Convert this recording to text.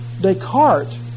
Descartes